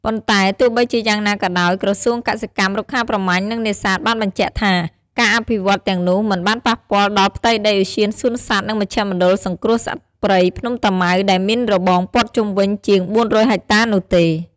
ប៉ុន្តែទោះបីជាយ៉ាងណាក៏ដោយ ក្រសួងកសិកម្ម រុក្ខាប្រមាញ់ និងនេសាទបានបញ្ជាក់ថា ការអភិវឌ្ឍន៍ទាំងនោះមិនបានប៉ះពាល់ដល់ផ្ទៃដីឧទ្យានសួនសត្វ និងមជ្ឈមណ្ឌលសង្គ្រោះសត្វព្រៃភ្នំតាម៉ៅ ដែលមានរបងព័ទ្ធជុំវិញជាង ៤០០ ហិកតា នោះទេ។